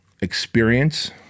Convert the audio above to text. experience